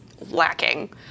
lacking